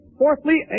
fourthly